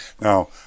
Now